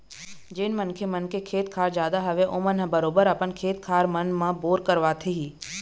जेन मनखे मन के खेत खार जादा हवय ओमन ह बरोबर अपन खेत खार मन म बोर करवाथे ही